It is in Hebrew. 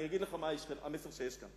אני אגיד לך מה המסר שיש כאן.